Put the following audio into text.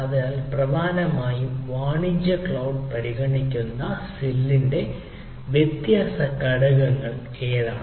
അതിനാൽ പ്രധാനമായും വാണിജ്യ ക്ളൌഡ് പരിഗണിക്കുന്ന സെല്ലിന്റെ വ്യത്യസ്ത ഘടകങ്ങൾ ഏതാണ്